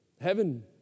Heaven